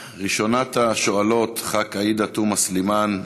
ראשונת השואלות, חברת הכנסת עאידה תומא סלימאן,